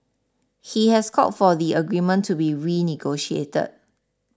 he has called for the agreement to be renegotiated